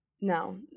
No